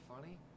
funny